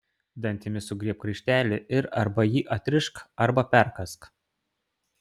dantimis sugriebk raištelį ir arba jį atrišk arba perkąsk